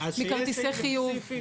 מכרטיסי חיוב,